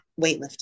weightlifting